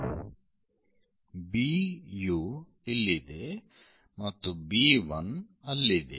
B U ಇಲ್ಲಿದೆ ಮತ್ತು B1 ಅಲ್ಲಿದೆ